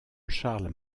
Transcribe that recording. charles